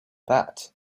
that